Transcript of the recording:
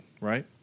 right